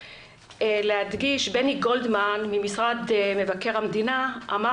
בני גולדמן ממשרד מבקר המדינה אמר